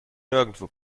nirgendwo